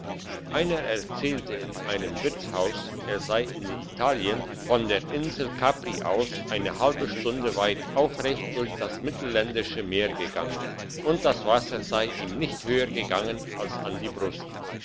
einer erzählte in einem wirtshaus er sei in italien von der insel capri aus eine halbe stunde weit aufrecht durch das mittelländische meer gegangen und das wasser sei ihm nicht höher gegangen als an die brust